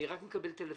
אני רק מקבל טלפונים,